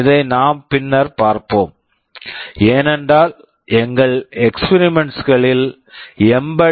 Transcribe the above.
இதை நாம் பின்னர் பார்ப்போம் ஏனென்றால் எங்கள் எக்ஸ்பிரிமென்ட்ஸ் experiments களில் எம்பெட்